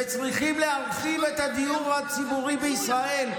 וצריכים להרחיב את הדיור הציבורי בישראל,